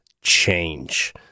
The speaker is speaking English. change